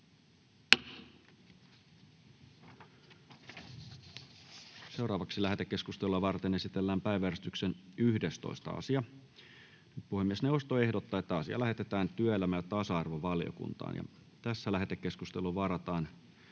Content: Lähetekeskustelua varten esitellään päiväjärjestyksen 11. asia. Puhemiesneuvosto ehdottaa, että asia lähetetään työelämä- ja tasa-arvovaliokuntaan. Tässä lähetekeskusteluun varataan